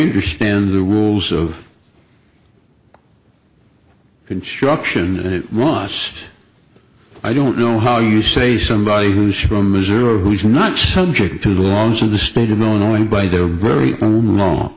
understand the rules of construction that it was i don't know how you say somebody who's from missouri who is not subject to the laws of the state of illinois by their very own